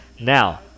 Now